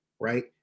Right